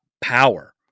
power